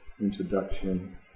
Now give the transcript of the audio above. Introduction